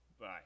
Bye